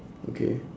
okay